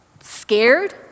scared